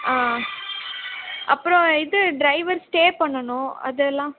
ஆ அப்புறோம் இது driver stay பண்ணனும் அதெல்லாம்